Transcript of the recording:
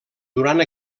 durant